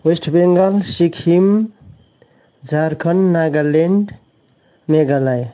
West Bengal Sikkim Jharkhand Nagaland Meghalaya